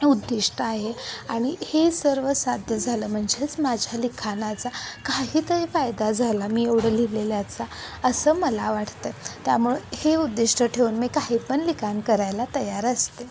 उद्दिष्ट आहे आणि हे सर्व साध्य झालं म्हणजेच माझ्या लिखाणाचा काहीतरी फायदा झाला मी एवढं लिहिलेल्याचा असं मला वाटतं त्यामुळं हे उद्दिष्ट ठेवून मी काही पण लिखाण करायला तयार असते